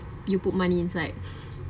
you put money inside